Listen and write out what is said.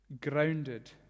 grounded